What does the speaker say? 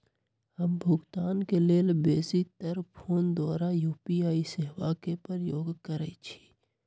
हम भुगतान के लेल बेशी तर् फोन द्वारा यू.पी.आई सेवा के प्रयोग करैछि